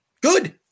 Good